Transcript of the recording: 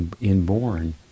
inborn